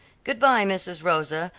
good-bye, mrs. rosa,